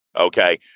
Okay